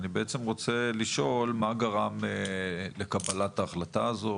אני רוצה לשאול מה גרם לקבלת ההחלטה הזאת,